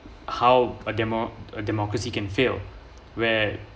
how a demo~ a democracy can fail where